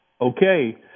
okay